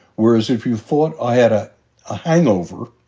whereas if you thought i had a ah hangover,